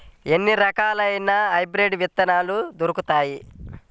ఎన్ని రకాలయిన హైబ్రిడ్ విత్తనాలు దొరుకుతాయి?